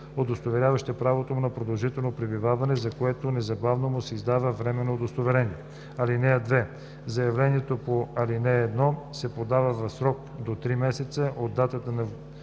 удостоверяваща правото му на продължително пребиваване, за което незабавно му се издава временно удостоверение. (2) Заявлението по ал. 1 се подава в срок до три месеца от датата на